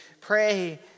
pray